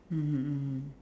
mmhmm mmhmm